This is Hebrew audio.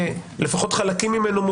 לפחות חלקים ממנו,